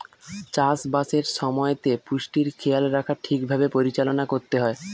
চাষ বাসের সময়তে পুষ্টির খেয়াল রাখা ঠিক ভাবে পরিচালনা করতে হয়